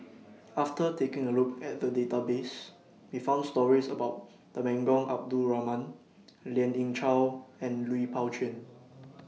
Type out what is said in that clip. after taking A Look At The Database We found stories about Temenggong Abdul Rahman Lien Ying Chow and Lui Pao Chuen